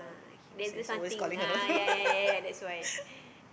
ah okay then this one think ah ya ya ya that's why